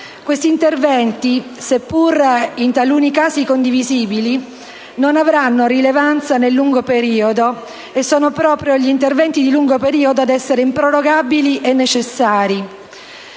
Questi interventi, seppur in taluni casi condivisibili, non avranno rilevanza nel lungo periodo e sono proprio gli interventi di lungo periodo ad essere improrogabili e necessari.